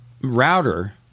router